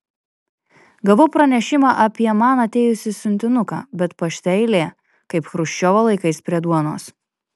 gavau pranešimą apie man atėjusį siuntinuką bet pašte eilė kaip chruščiovo laikais prie duonos